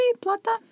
Plata